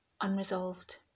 unresolved